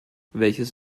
welches